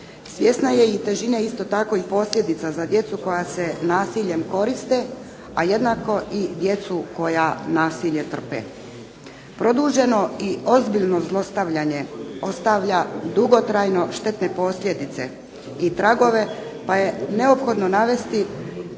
Svjesna je isto tako i težine i posljedica za djecu koja se nasiljem koriste, a jednako tako i djecu koja nasilje trpe. Produženo i ozbiljno zlostavljanje ostavlja dugotrajno štetne posljedice i tragove pa je neophodno navesti,